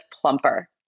plumper